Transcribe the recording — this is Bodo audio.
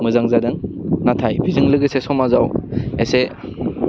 मोजां जादों नाथाइ बेजों लोगोसे समाजाव एसे